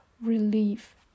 relief